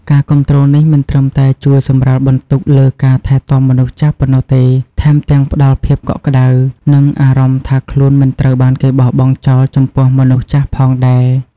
ការគាំទ្រនេះមិនត្រឹមតែជួយសម្រាលបន្ទុកលើការថែទាំមនុស្សចាស់ប៉ុណ្ណោះទេ ថែមទាំងផ្តល់ភាពកក់ក្តៅ និងអារម្មណ៍ថាខ្លួនមិនត្រូវបានគេបោះបង់ចោលចំពោះមនុស្សចាស់ផងដែរ។